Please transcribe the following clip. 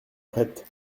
prête